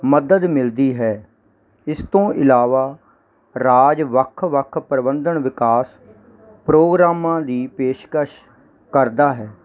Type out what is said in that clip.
ਮਦਦ ਮਿਲਦੀ ਹੈ ਇਸ ਤੋਂ ਇਲਾਵਾ ਰਾਜ ਵੱਖ ਵੱਖ ਪ੍ਰਬੰਧਨ ਵਿਕਾਸ ਪ੍ਰੋਗਰਾਮਾਂ ਦੀ ਪੇਸ਼ਕਸ਼ ਕਰਦਾ ਹੈ